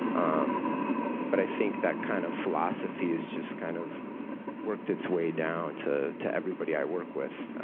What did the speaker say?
um but i think that kind of philosophy has just kind of worked its way down to to everybody i work with.